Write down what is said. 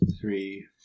three